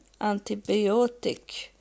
antibiotic